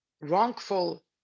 wrongful